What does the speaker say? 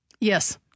Yes